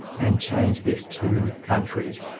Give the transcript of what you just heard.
and change this to country.